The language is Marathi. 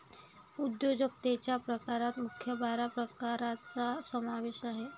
उद्योजकतेच्या प्रकारात मुख्य बारा प्रकारांचा समावेश आहे